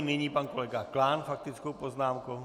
Nyní pan kolega Klán s faktickou poznámkou.